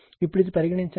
ఇప్పుడు ఇది పరిగణించండి